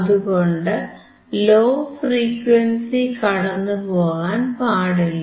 അതുകൊണ്ട് low frequency കടന്നുപോകാൻ പാടില്ല